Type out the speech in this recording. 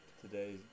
today